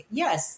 yes